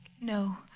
No